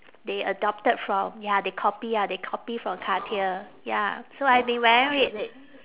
they adopted from ya they copy ya they copy from cartier ya so I've been wearing it